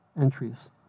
entries